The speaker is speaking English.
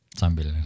sambil